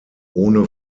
ohne